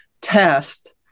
test